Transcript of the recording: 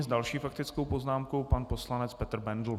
S další faktickou poznámkou pan poslanec Petr Bendl.